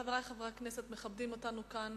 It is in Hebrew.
חברי חברי הכנסת, מכבדים אותנו כאן